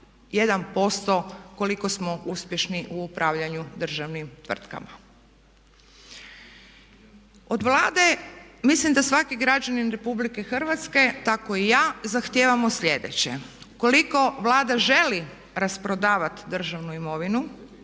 1% koliko smo uspješni u upravljanju državnim tvrtkama. Od Vlade mislim da svaki građanin RH tako i ja zahtijevamo slijedeće: koliko Vlada želi rasprodavati državnu imovinu